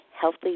healthy